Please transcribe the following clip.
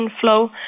flow